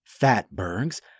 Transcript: Fatbergs